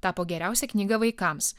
tapo geriausia knyga vaikams